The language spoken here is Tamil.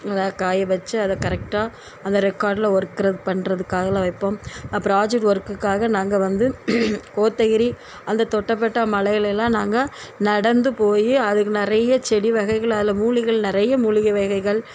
நல்லா காய வச்சி அதை கரெக்டாக அந்த ரெகார்ட்டில் ஒர்க் பண்ணுறதுக்காகலாம் வைப்போம் ப்ராஜெக்ட் ஒர்க்குக்காக நாங்கள் வந்து கோத்தகிரி அந்த தொட்டபெட்டா மலைலலாம் நாங்கள் நடந்து போயி அதுக்கு நிறையா செடி வகைகள் அதில் மூலிகள் நிறையா மூலிகை வகைகள்